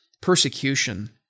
persecution